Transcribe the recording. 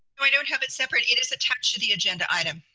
we don't have it separate, it is attached to the agenda item.